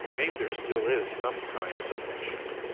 maybe there still is some kind of reflection,